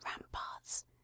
ramparts